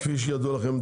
כפי שידוע לכם,